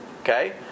Okay